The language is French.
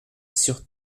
sur